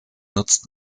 nutzt